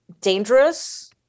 dangerous